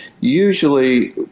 usually